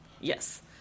Yes